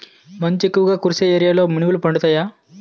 మంచు ఎక్కువుగా కురిసే ఏరియాలో మినుములు పండుతాయా?